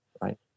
right